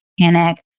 panic